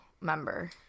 member